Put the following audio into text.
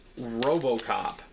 robocop